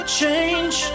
change